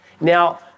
Now